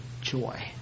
joy